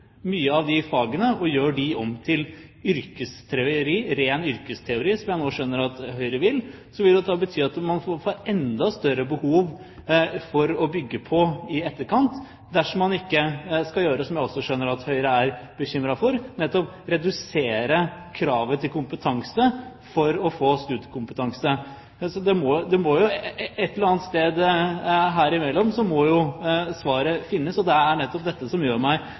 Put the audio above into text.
av disse fagene, og gjør dem om til ren yrkesteori, som jeg nå skjønner at Høyre vil, vil jo det bety at man vil få enda større behov for å bygge på i etterkant, dersom man ikke skal gjøre det jeg også skjønner at Høyre er bekymret for, nemlig å redusere kravet til kompetanse for å få studiekompetanse. Et eller annet sted her imellom må jo svaret finnes. Det er nettopp dette som gjør meg